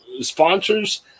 sponsors